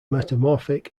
metamorphic